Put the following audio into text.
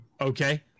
Okay